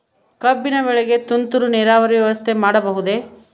ಕಬ್ಬಿನ ಬೆಳೆಗೆ ತುಂತುರು ನೇರಾವರಿ ವ್ಯವಸ್ಥೆ ಮಾಡಬಹುದೇ?